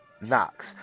Knox